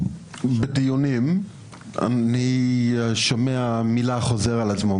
בדיונים אני שומע מילה שחוזרת על עצמה,